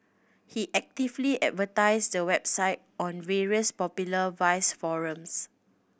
he actively advertised the website on various popular vice forums